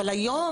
אבל היום,